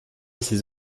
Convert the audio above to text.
ses